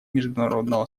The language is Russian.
международного